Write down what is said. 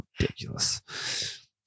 ridiculous